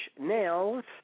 nails